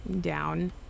down